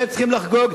אתם צריכים לחגוג,